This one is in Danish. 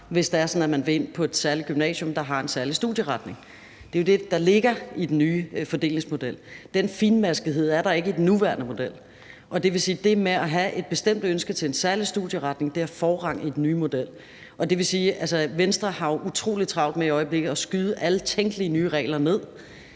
at man vil ind på et særligt gymnasium, der har en særlig studieretning. Det er jo det, der ligger i den nye fordelingsmodel; den finmaskethed er der ikke i den nuværende model. Og det vil sige, at det med at have et bestemt ønske til en særlig studieretning har forrang i den nye model. Venstre har i øjeblikket utrolig travlt med at skyde alle tænkelige nye regler ned,